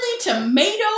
tomato